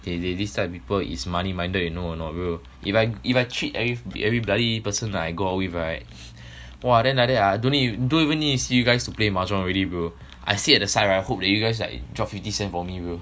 okay they this type of people is money minded you know or not bro if I if I treat if everybody person I go out with right !wah! then like that I don't need you don't even need to see you guys to play mahjong already bro I sit at the side right I hope that you guys like drop fifty cent for me bro